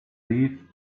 leave